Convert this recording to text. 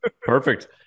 perfect